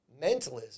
Mentalism